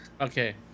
Okay